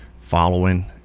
following